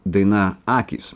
daina akys